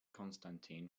constantin